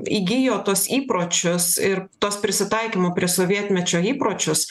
įgijo tuos įpročius ir tuos prisitaikymo prie sovietmečio įpročius